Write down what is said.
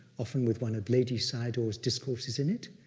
often with one of ledi sayadaw's discourses in it,